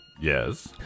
Yes